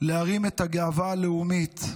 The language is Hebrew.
להרים את הגאווה הלאומית,